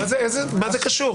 מה זה קשור?